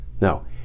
No